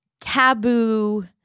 taboo